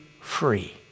free